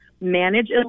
manage